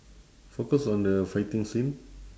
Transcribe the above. focus on the fighting scene